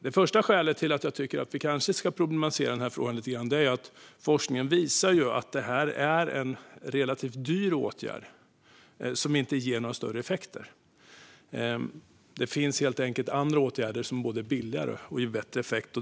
Det första skälet till att problematisera detta lite är att forskningen visar att det är en relativt dyr åtgärd som inte ger någon stor effekt. Det finns andra åtgärder som både är billigare och ger bättre effekt.